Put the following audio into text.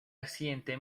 accidente